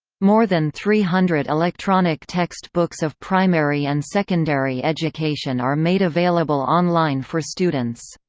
more than three hundred electronic text books of primary and secondary education are made available online for students.